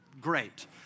Great